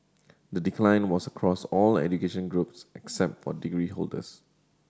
the decline was across all education groups except for degree holders